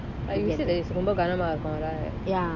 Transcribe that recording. but you said that it's ரொம்ப காணாம இருக்கும்:romba ganama irukum lah